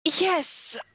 Yes